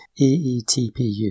EETPU